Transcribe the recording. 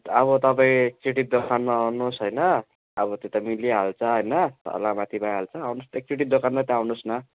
अब तपाईँ एकचोटि दोकानमा आउनुहोस् होइन अब त्यो त मिलिहाल्छ होइन तल माथि भइहाल्छ आउनुहोस् एकचोटि दोकान मात्रै आउनुहोस् न